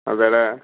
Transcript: അതെ അല്ലേ